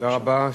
תודה רבה.